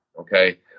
okay